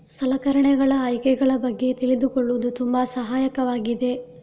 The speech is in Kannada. ಸಲಕರಣೆಗಳ ಆಯ್ಕೆಗಳ ಬಗ್ಗೆ ತಿಳಿದುಕೊಳ್ಳುವುದು ತುಂಬಾ ಸಹಾಯಕವಾಗಿದೆ